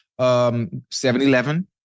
7-Eleven